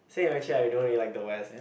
same actually I don't really like the West